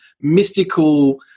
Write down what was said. mystical